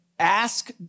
ask